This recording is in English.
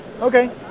Okay